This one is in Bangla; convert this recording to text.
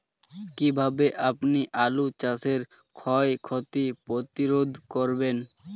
কীভাবে আপনি আলু চাষের ক্ষয় ক্ষতি প্রতিরোধ করেন?